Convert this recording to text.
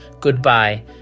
Goodbye